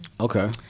Okay